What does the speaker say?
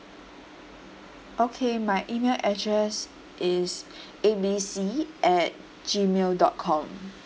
okay my email address is A B C at Gmail dot com